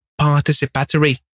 participatory